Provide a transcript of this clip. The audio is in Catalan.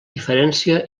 diferència